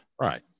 Right